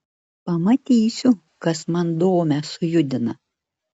pamatysiu kas man domę sujudina